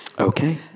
Okay